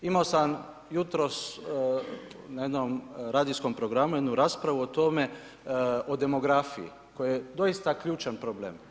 Imao sam jutros na jednom radijskom programu jednu raspravu o tome, o demografiji koja je doista ključan problem.